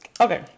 Okay